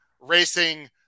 Racing